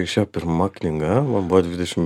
išėjo pirma knyga man buvo dvidešim